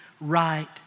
right